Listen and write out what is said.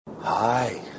Hi